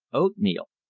oatmeal,